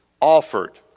offered